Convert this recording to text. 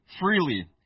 freely